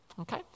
Okay